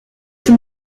them